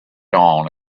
dawn